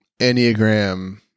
Enneagram